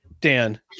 Dan